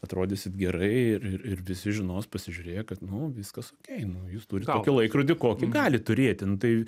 atrodysit gerai ir ir ir visi žinos pasižiūrėję kad nu viskas okei nu jūs turit tokį laikrodį kokį galit turėti nu tai